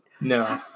No